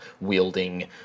wielding